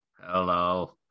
Hello